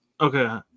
Okay